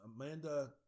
Amanda